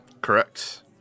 Correct